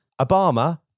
Obama